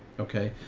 okay.